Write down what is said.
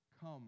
Come